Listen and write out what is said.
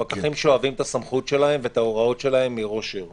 הפקחים שואבים את הסמכות שלהם ואת ההוראות שלהם מראש עיר.